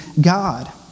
God